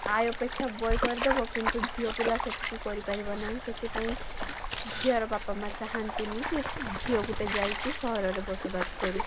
ଆୟ ଅପେକ୍ଷା ବ୍ୟୟ କରିଦେବ ଦେବ କିନ୍ତୁ ଝିଅପିଲା ସେତିକି କରିପାରିବ ନାହିଁ ସେଥିପାଇଁ ଝିଅର ବାପା ମା' ଚାହାଁନ୍ତିନି ଯେ ଝିଅ ଗୋଟିଏ ଯାଇକି ସହରରେ ବସବାସ କରୁ